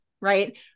right